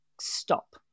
stop